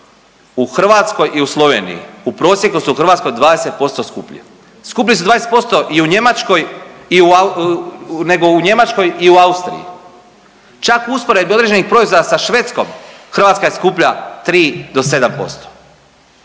u Hrvatskoj i u Sloveniji, u prosjeku su u Hrvatskoj 20% skuplji, skuplji su 20% i u Njemačkoj i u Au…, nego u Njemačkoj i u Austriji, čak usporedbe određenih proizvoda sa Švedskom, Hrvatska je skuplja 3 do 7%.